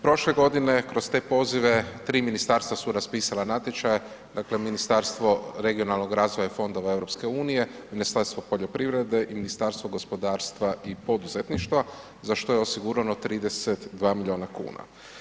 Prošle godine kroz te pozive 3 ministarstva su raspisala natječaja, dakle Ministarstvo regionalnog razvoja i fondova EU-a, Ministarstvo poljoprivrede i Ministarstvo gospodarstva i poduzetništva za što je osigurano 32 milijuna kuna.